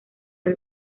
del